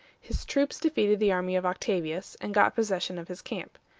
his troops defeated the army of octavius, and got possession of his camp.